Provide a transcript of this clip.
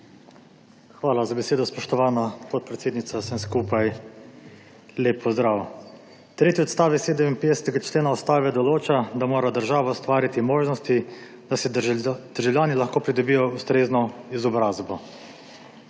Hvala za besedo, spoštovana podpredsednica. Vsem skupaj lep pozdrav! Tretji odstavek 57. člena ustave določa, da mora država ustvariti možnosti, da si državljani lahko pridobijo ustrezno izobrazbo.